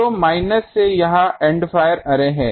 तो माइनस से यह एंड फायर अर्रे है